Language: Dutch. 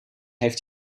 heeft